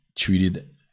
treated